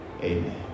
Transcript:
Amen